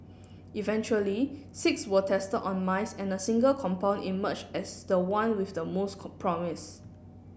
eventually six were tested on mice and a single compound emerged as the one with the most promise